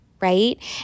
right